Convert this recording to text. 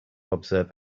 observe